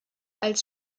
als